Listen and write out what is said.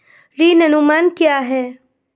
ऋण अनुमान क्या है?